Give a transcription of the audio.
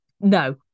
No